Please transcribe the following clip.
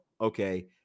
okay